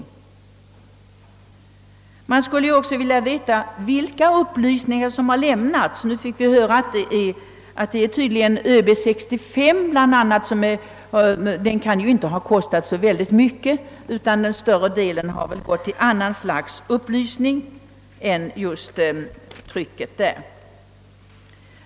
Det är av intresse att få klart vilken upplysning som har lämnats. I svaret står bl.a. att medlen till viss del använts för att göra ett sammandrag av ÖB 65. Men det kan ju inte ha kostat så mycket, utan större delen av pengarna har väl gått till annat slags upplysning.